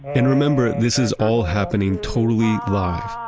and remember this is all happening, totally live.